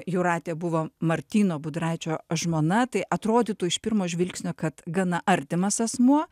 jūratė buvo martyno budraičio žmona tai atrodytų iš pirmo žvilgsnio kad gana artimas asmuo